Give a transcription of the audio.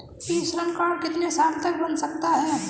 ई Shram card कितने साल तक बन सकता है?